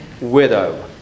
widow